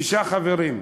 שישה חברים.